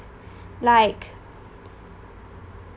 like